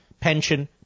pension